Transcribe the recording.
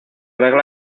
regla